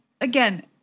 again